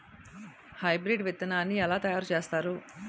Hybrid విత్తనాన్ని ఏలా తయారు చేస్తారు?